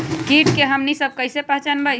किट के हमनी सब कईसे पहचान बई?